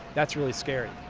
that's really scary